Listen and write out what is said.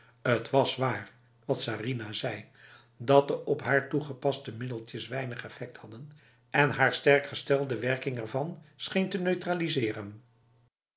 het was waar wat sarinah zei dat de op haar toegepaste middeltjes weinig effect hadden en haar sterk gestel de werking ervan scheen te neutraliseren